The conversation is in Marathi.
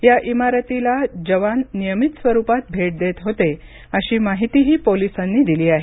या इमारतीला जवान नियमित स्वरुपात भेट देत होते अशी माहितीही पोलिसांनी दिली आहे